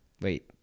Wait